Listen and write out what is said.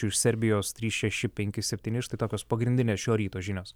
iš serbijos trys šeši penki septyni štai tokios pagrindinės šio ryto žinios